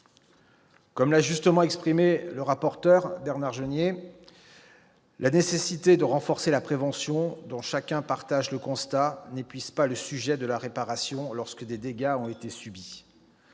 Comme l'a très justement exprimé le rapporteur, Bernard Jomier :« [La] nécessité de renforcer la prévention, dont chacun partage le constat, n'épuise pas le sujet de la réparation lorsque des dommages ont été subis.